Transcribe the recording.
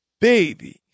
baby